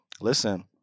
Listen